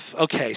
Okay